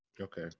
Okay